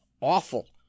awful